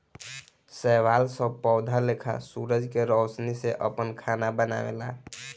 शैवाल सब पौधा लेखा सूरज के रौशनी से आपन खाना बनावेला